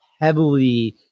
heavily